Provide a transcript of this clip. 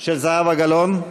ההסתייגות של זהבה גלאון?